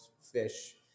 fish